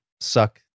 suck